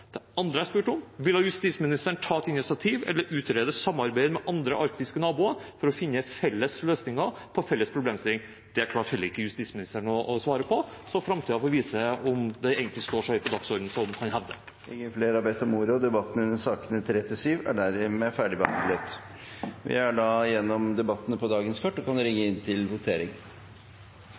Det andre jeg spurte om, var: Vil justisministeren ta initiativ eller utrede samarbeid med andre arktiske naboer for å finne felles løsninger på felles problemstillinger? Det klarte heller ikke justisministeren å svare på, så framtiden får vise om det egentlig står så høyt på dagsordenen som han hevder. Flere har ikke bedt om ordet til sakene nr. 3–7. Da er Stortinget klar til å gå til votering.